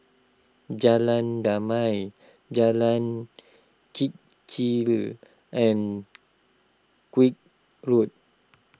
Jalan Damai Jalan Kechil and Koek Road